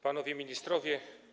Panowie Ministrowie!